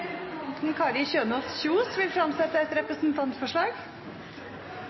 Representanten Kari Kjønaas Kjos vil fremsette et representantforslag.